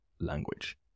language